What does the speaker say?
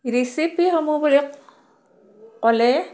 ৰেচিপিসমূহ বুলি ক'লে